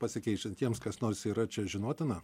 pasikeičiant jiems kas nors yra čia žinotina